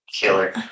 killer